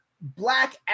Black